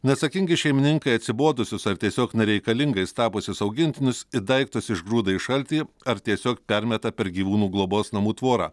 neatsakingi šeimininkai atsibodusius ar tiesiog nereikalingais tapusius augintinius it daiktus išgrūda į šaltį ar tiesiog permeta per gyvūnų globos namų tvorą